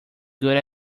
good